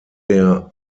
der